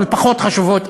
אבל פחות חשובות,